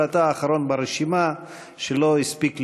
אבל אתה האחרון ברשימה שלא הספיק לשאול,